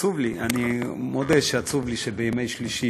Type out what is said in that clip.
עצוב לי, אני מודה שעצוב לי, שבימי שלישי